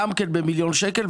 גם כן במיליון שקלים,